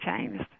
changed